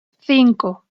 cinco